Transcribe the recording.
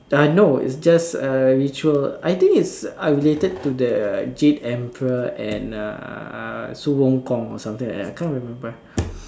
ah no its just a ritual I think it's uh related to the Jade-Emperor and uh 孙悟空 or something like that I can't remember